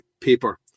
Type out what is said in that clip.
paper